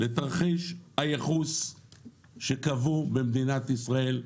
לתרחיש הייחוס שקבעו במדינת ישראל,